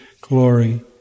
glory